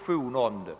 frågor.